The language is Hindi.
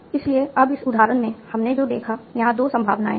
इसलिए अब इस उदाहरण में हमने जो देखा यहां दो संभावनाएँ हैं